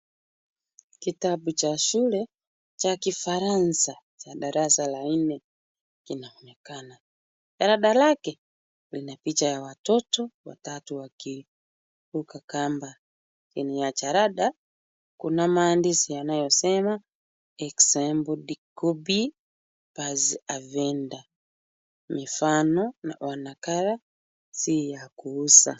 Kitabu cha shule, cha kifaransa, cha darasa la inne, kinaonekana, jarada lake, lina picha ya watoto, watatu wakiruka kamba, chini ya jarada, kuna maandisi yanayosema, (cs)example dicobi paz avenda(cs), mifano na wa nakala, si ya kuuza.